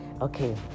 Okay